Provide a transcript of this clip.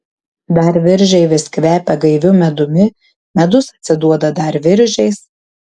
dar viržiai vis kvepia gaiviu medumi medus atsiduoda dar viržiais